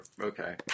Okay